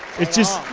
it's just,